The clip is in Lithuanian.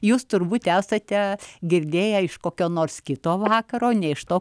jūs turbūt esate girdėję iš kokio nors kito vakaro ne iš to